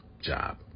job